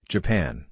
Japan